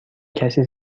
کسی